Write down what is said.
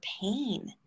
pain